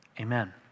amen